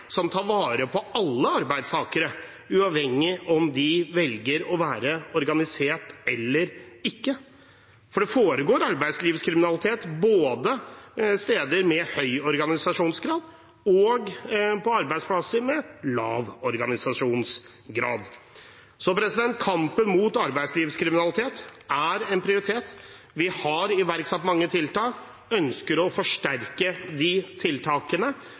som tar vare på alle arbeidstakere, uavhengig av om de velger å være organisert eller ikke, for det foregår arbeidslivskriminalitet både på arbeidsplasser med høy organisasjonsgrad og på arbeidsplasser med lav organisasjonsgrad. Kampen mot arbeidslivskriminalitet er prioritert. Vi har iverksatt mange tiltak, vi ønsker å forsterke de tiltakene,